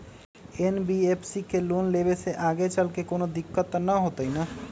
NBFC से loan लेबे से आगेचलके कौनो दिक्कत त न होतई न?